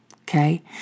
Okay